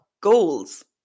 goals